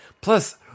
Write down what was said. plus